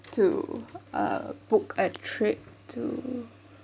to uh book a trip to